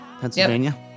Pennsylvania